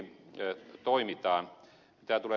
mitä tulee tähän ed